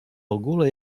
ogóle